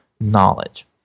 knowledge